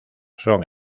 son